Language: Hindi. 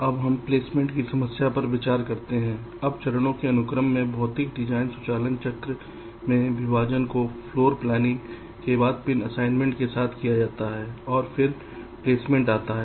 अब हम प्लेसमेंट की समस्या पर विचार करते हैं अब चरणों के अनुक्रम में भौतिक डिजाइन स्वचालन चक्र में विभाजन को फ्लोर प्लानिंग के बाद पिन असाइनमेंट के साथ किया जाता है और फिर प्लेसमेंट आता है